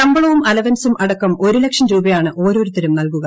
ശമ്പളവും അലവൻസും അടക്കം ഒരു ലക്ഷം രൂപയാണ് ഓരോരുത്തരും നൽകുക